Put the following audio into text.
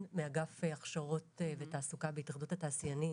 מאגף הכשרות ותעסוקה בהתאחדות התעשיינים.